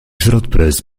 schrottpreis